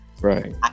Right